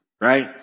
right